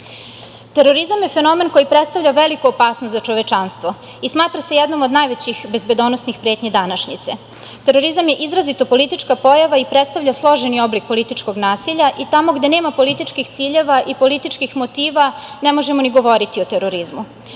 nivou. Terorizam je fenomen koji predstavlja veliku opasnost za čovečanstvo i smatra se jednom od najvećih bezbednosnih pretnji današnjice. Terorizam je izrazito politička pojava i predstavlja složeni oblik političkog nasilja i tamo gde nema političkih ciljeva i političkih motiva ne možemo ni govoriti o terorizmu.